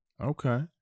Okay